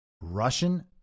Russian